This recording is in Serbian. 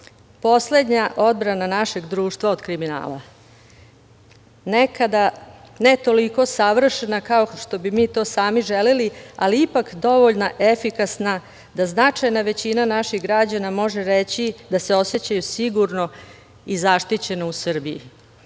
poslednja odbrana našeg društva od kriminala. Nekada, ne toliko savršena kao što bi mi to sami želeli, ali ipak dovoljno efikasna da značajna većina naših građana može reći da se osećaju sigurno i zaštićeno u Srbiji. Budite